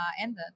ended